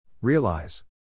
Realize